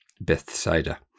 Bethsaida